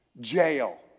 Jail